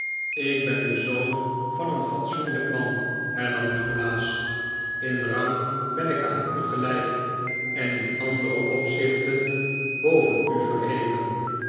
ik ben de zoon van een fatsoenlijk man hernam nikolaas in rang ben ik aan u gelijk en in andere opzichten boven u verheven